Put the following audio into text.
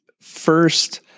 First